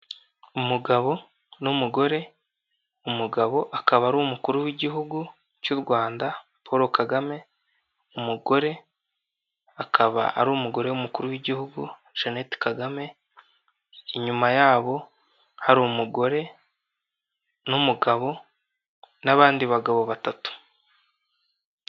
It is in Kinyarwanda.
Umugabo n'umugore, umugabo akaba ari umukuru w'igihugu cy'u rwanda Poro kagame, umugore akaba ari umugore w'umukuru w'igihugu Janete kagame, inyuma yabo hari umugore n'umugabo n'abandi bagabo batatu.